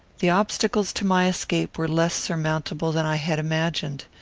the obstacles to my escape were less surmountable than i had imagined.